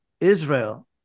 Israel